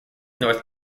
north